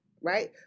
right